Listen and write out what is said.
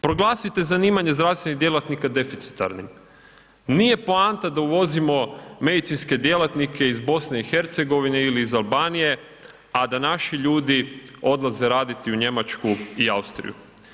Proglasite zanimanje zdravstvenih djelatnika deficitarnim, nije poanta da uvozimo medicinske djelatnike iz BiH ili iz Albanije, a da naši ljudi odlaze raditi u Njemačku i Austriju.